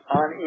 on